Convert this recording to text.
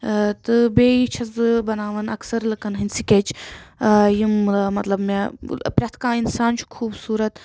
تہٕ بیٚیہِ چھس بہٕ بَناوان اکثر لُکن ہٕنٛدۍ سِکیٚچ یِم مطلب مےٚ پرٮ۪تھ کانٛہہ اِنسان چھُ خوٗبصوٗرَت